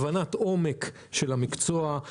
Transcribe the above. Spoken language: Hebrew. הבנת עומק של המקצוע.